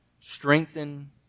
strengthen